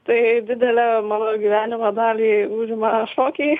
tai didelę mano gyvenimo dalį užima šokiai